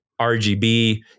RGB